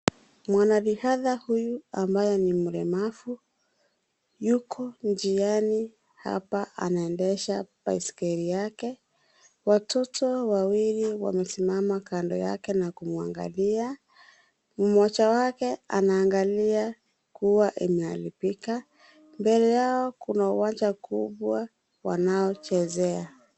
Mwanariadha huyu ambaye ni mlemavu yuko njiani hapa anaendesha baiskeli yake. Watoto wawili wamesimama kando yake na kumwangalia. Mmoja wake anaangalia kuwa limeharibika. Mbele yao kuna uwanja kubwa wanaochezea.